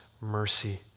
mercy